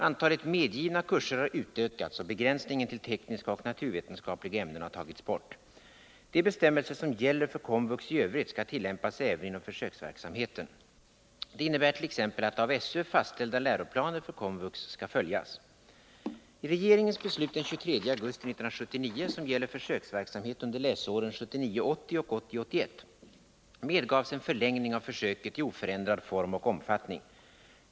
Antalet medgivna kurser har utökats, och begränsningen till tekniska och naturvetenskapliga ämnen har tagits bort. De bestämmelser som gäller för kommunal vuxenutbildning i övrigt skall tillämpas även inom försöksverksamheten. Det innebärt.ex. att av SÖ fastställda läroplaner för kommunal vuxenutbildning skall följas. I regeringens beslut den 23 augusti 1979, som gäller försöksverksamhet under läsåren 1979 81, medgavs en förlängning av försöket i oförändrad form och omfattning.